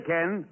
Ken